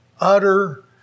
utter